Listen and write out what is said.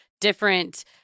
different